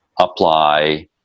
apply